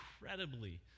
incredibly